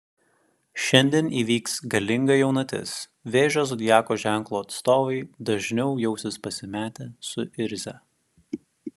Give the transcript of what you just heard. šiandien įvyks galinga jaunatis vėžio zodiako ženklo atstovai dažniau jausis pasimetę suirzę